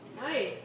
Nice